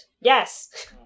Yes